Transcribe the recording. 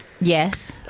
yes